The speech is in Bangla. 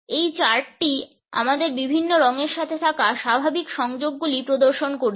এই চার্টটি আমাদের বিভিন্ন রঙের সাথে থাকা স্বাভাবিক সংযোগগুলি প্রদর্শন করেছে